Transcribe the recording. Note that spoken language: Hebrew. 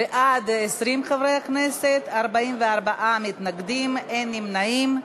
בעד, 20 חברי כנסת, 44 מתנגדים, אין נמנעים.